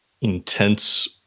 intense